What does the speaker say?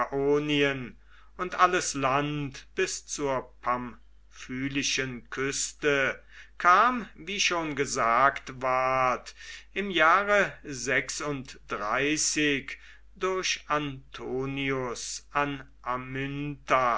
und alles land bis zur pamphylischen küste kam wie schon gesagt ward im jahre durch antonius an